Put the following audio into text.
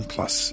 Plus